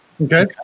okay